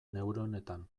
neuronetan